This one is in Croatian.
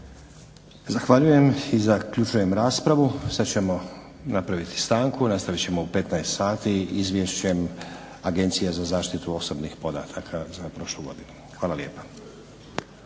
Zahvaljujem. Zaključujem raspravu. Sada ćemo napraviti stanku, nastavit ćemo u 15.00 sati Izvješćem Agencije za zaštitu osobnih podataka za prošlu godinu. Hvala lijepa.